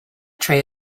tray